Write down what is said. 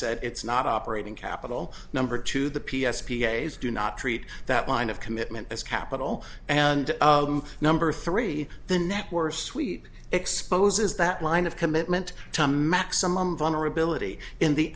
said it's not operating capital number two the p s p a's do not treat that line of commitment as capital and number three the network suite exposes that line of commitment to maximum vulnerability in the